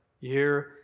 year